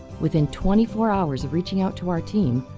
within twenty four hours of reaching out to our team,